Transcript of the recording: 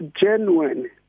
genuine